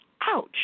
ouch